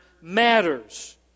matters